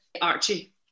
Archie